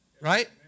Right